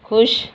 ਖੁਸ਼